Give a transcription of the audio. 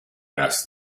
ask